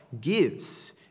gives